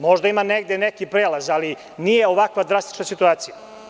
Možda ima negde neki prelaz ali nije ovako drastična situacija.